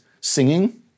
singing